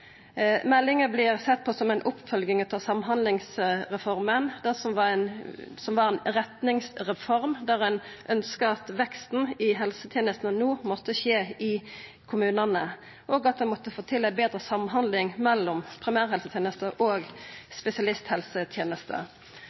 Meldinga vert sett på som ei oppfølging av Samhandlingsreforma, som var ei retningsreform, der ein ønskte at veksten i helsetenestane no måtte skje i kommunane, og at ein måtte få til ei betre samhandling mellom primærhelsetenesta og